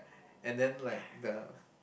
and then like the